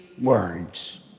words